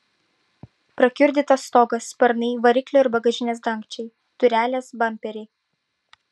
prakiurdytas stogas sparnai variklio ir bagažinės dangčiai durelės bamperiai